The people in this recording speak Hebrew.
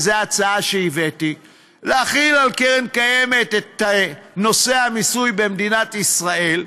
וזו ההצעה שהבאתי: להחיל על קרן קיימת את נושא המיסוי במדינת ישראל,